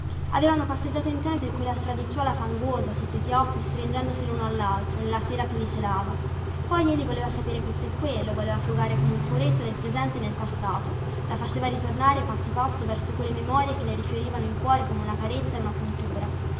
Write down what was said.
avevano passeggiato insieme per quella stradicciuola fangosa sotto i pioppi stringendosi luno allaltro nella sera che li celava poi egli voleva sapere questo e quello voleva frugare come un furetto nel presente e nel passato la faceva ritornare passo passo verso quelle memorie che le rifiorivano in cuore come una carezza e una puntura